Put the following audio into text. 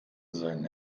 seinen